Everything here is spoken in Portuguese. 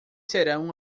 serão